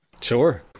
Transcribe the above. Sure